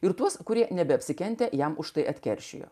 ir tuos kurie nebeapsikentę jam už tai atkeršijo